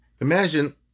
Imagine